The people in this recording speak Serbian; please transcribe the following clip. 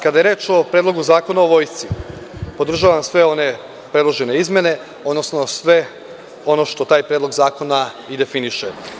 Kada je reč o Predlogu zakona o Vojsci podržavam sve one predložene izmene, odnosno sve ono što taj Predlog zakona i definiše.